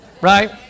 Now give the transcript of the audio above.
right